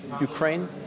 Ukraine